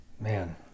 Man